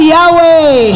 Yahweh